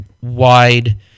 Wide